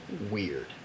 weird